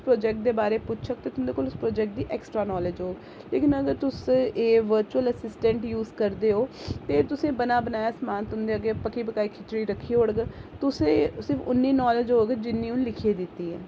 जे तुंदे कोला उस परोजैक्ट दे बारै च पुच्छग ते तुंदे कोल परोजैक्ट दी एक्सट्रा नॉलेज होग लेकिन अगर तुस ए बर्चुल एसिस्टैंट यूज करदेओ ते तुसेंगी बना बनाया समान तुंदे अग्गें पक्की पकाई खिचड़ी रक्खी औड़ग तुसेंगी सिर्फ इन्नी नॉलेज होग जिन्नी उ'नें लिखी दित्ती ऐ